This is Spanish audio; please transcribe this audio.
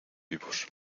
vivos